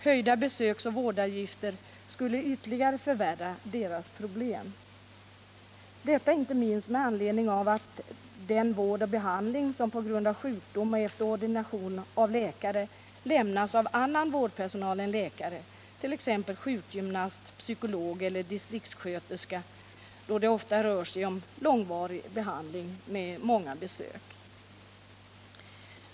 Höjda besöksoch vårdavgifter skulle ytterligare förvärra deras problem — detta inte minst med anledning av att det när det gäller vård och behandling som på grund av sjukdom och efter ordination av läkare lämnas av annan vårdpersonal än läkare, t.ex. sjukgymnast, psykolog eller distriktssköterska — ofta rör sig om långvarig behandling med många besök.